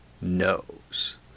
knows